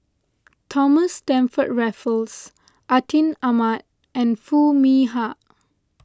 Thomas Stamford Raffles Atin Amat and Foo Mee Har